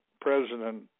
President